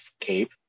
cape